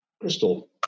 Crystal